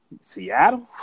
Seattle